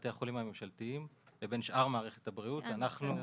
בתי החולים הממשלתיים לבין שאר מערכת הבריאות --- בסדר.